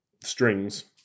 strings